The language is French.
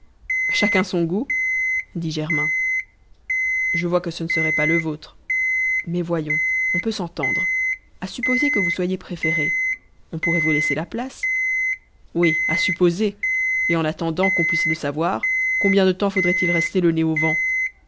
chacun son goût dit germain je vois que ce ne serait pas le vôtre mais voyons on peut s'entendre à supposer que vous soyez préféré on pourrait vous laisser la place oui à supposer et en attendant qu'on puisse le savoir combien de temps faudrait-il rester le nez au vent